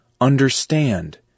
understand